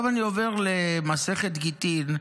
עכשיו אני עובר למסכת גיטין,